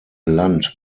land